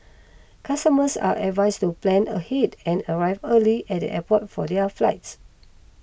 customers are advised to plan ahead and arrive early at the airport for their flights